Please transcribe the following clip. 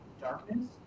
darkness